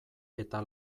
eta